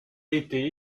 été